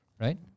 Right